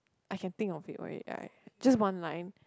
I can think of it or it I just one line